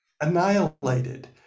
annihilated